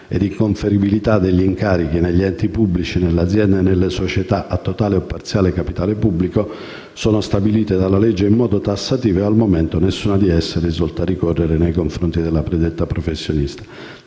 e di inconferibilità degli incarichi negli enti pubblici, nelle aziende e nelle società a totale o parziale capitale pubblico sono stabilite dalla legge in modo tassativo e al momento nessuna di esse risulta ricorrere nei confronti della predetta professionista.